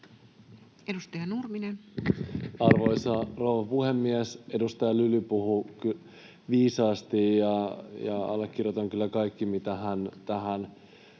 00:31 Content: Arvoisa rouva puhemies! Edustaja Lyly puhui viisaasti, ja allekirjoitan kyllä kaikki, mitä hän tähän